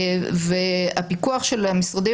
הפיקוח של המשרדים,